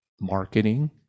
marketing